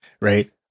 right